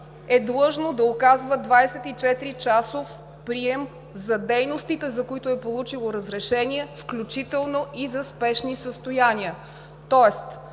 е длъжно да оказва 24-часов прием за дейностите, за които е получило разрешения, включително и за спешни състояния.